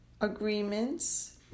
agreements